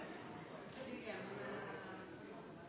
det sies